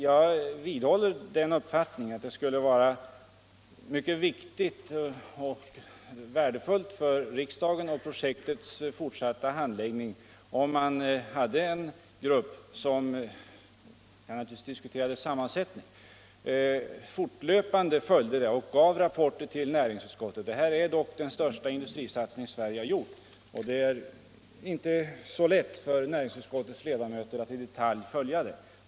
Jag vidhåller den uppfattningen att det skulle vara mycket viktigt och värdefullt för riksdagen och för projektets fortsatta handläggning, om man hade en grupp som - man kan naturligtvis diskutera dess sammansättning — fortlöpande följde projektet och lämnade rapporter till näringsutskottet. Det här är dock den största industrisatsning som Sverige har gjort, och det är inte ringsutskottets ledamöter att i detalj följa den.